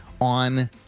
on